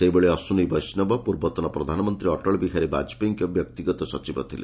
ସେହିଭଳି ଅଶ୍ୱିନୀ ବୈଷବ ପୂର୍ବତନ ପ୍ରଧାନମନ୍ତୀ ଅଟଳବିହାରୀ ବାଜପେୟୀଙ୍କ ବ୍ୟକ୍ତିଗତ ସଚିବ ଥିଲେ